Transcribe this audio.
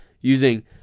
using